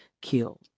killed